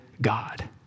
God